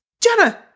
Jenna